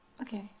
Okay